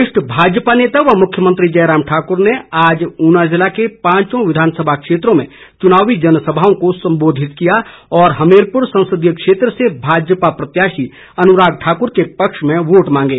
वरिष्ठ भाजपा नेता व मुख्यमंत्री जयराम ठाकुर ने आज ऊना ज़िले के पांचों विधानसभा क्षेत्रों में चुनावी जनसभाओं को संबोधित किया और हमीरपुर संसदीय क्षेत्र से भाजपा प्रत्याशी अनुराग ठाक्र के पक्ष में वोट मांगे